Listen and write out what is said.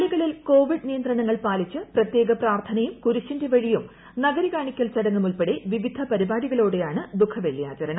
പള്ളികളിൽ കോവിഡ് നിയന്ത്രണങ്ങൾ പാലിച്ച് പ്രത്യേക പ്രാത്ഥനയും കുരിശ്ശിന്റെ വഴിയും നഗരി കാണിക്കൽ ചടങ്ങും ഉൾപ്പെടെ വിവധ പരിപാടികളോടെയാണ് ദുഖവെള്ളി ആചരണം